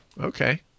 okay